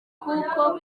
kuko